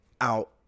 Out